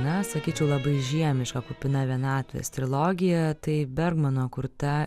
na sakyčiau labai žemišką kupiną vienatvės trilogija tai bermano kurta